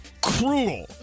cruel